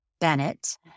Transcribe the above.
Bennett